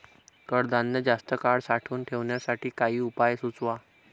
कडधान्य जास्त काळ साठवून ठेवण्यासाठी काही उपाय सुचवा?